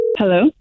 Hello